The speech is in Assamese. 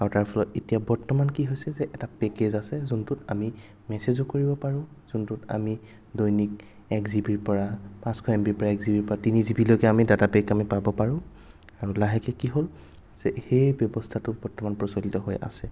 আৰু তাৰ ফলত এতিয়া বৰ্তমান কি হৈছে যে এটা পেকেজ আছে যোনটোত আমি মেচেজো কৰিব পাৰোঁ যোনটোত আমি দৈনিক এক জি বিৰ পৰা পাঁচশ এম বিৰ পৰা এক জি বিৰ পৰা তিনি জি বিলৈকে আমি ডাটা পেক আমি পাব পাৰোঁ আৰু লাহেকে কি হ'ল যে সেই ব্যৱস্থাটোৰ বৰ্তমান প্ৰচলিত হৈ আছে